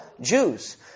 Jews